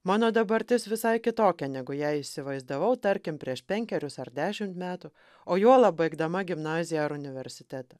mano dabartis visai kitokia negu ją įsivaizdavau tarkim prieš penkerius ar dešim metų o juolab baigdama gimnaziją ar universitetą